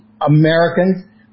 Americans